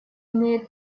имеют